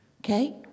Okay